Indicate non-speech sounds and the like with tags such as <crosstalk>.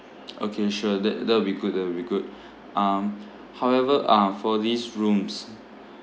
<noise> okay sure that that will be good that will be good um however uh for these rooms